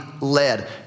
led